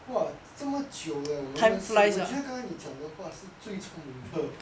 !wah! 这么久了我们认识我觉得你讲的话是最聪明的